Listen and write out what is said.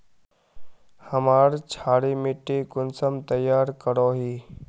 हमार क्षारी मिट्टी कुंसम तैयार करोही?